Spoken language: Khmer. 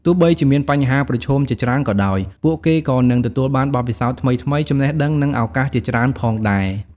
ទោះបីជាមានបញ្ហាប្រឈមជាច្រើនក៏ដោយ ពួកគេក៏នឹងទទួលបានបទពិសោធន៍ថ្មីៗ ចំណេះដឹង និងឱកាសជាច្រើនផងដែរ។